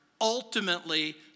ultimately